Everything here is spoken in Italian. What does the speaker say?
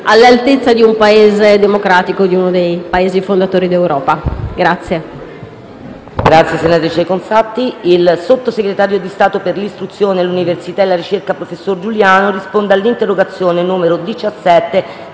all'altezza di un Paese democratico, di uno dei Paesi fondatori dell'Europa.